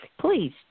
please